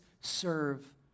serve